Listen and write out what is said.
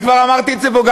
אני כבר אמרתי את זה פה,